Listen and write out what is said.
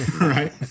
Right